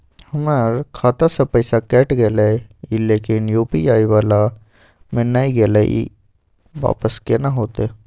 हमर खाता स पैसा कैट गेले इ लेकिन यु.पी.आई वाला म नय गेले इ वापस केना होतै?